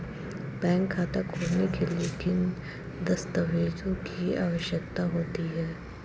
Bank खाता खोलने के लिए किन दस्तावेज़ों की आवश्यकता होती है?